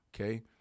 okay